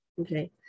Okay